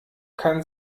kann